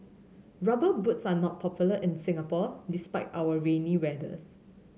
Rubber Boots are not popular in Singapore despite our rainy weathers